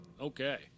Okay